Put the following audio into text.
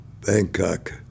Bangkok